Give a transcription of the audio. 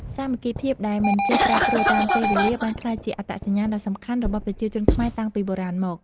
សាមគ្គីភាពដែលមិនចេះប្រែប្រួលតាមពេលវេលាបានក្លាយជាអត្តសញ្ញាណដ៏សំខាន់របស់ប្រជាជនខ្មែរតាំងពីបុរាណមក។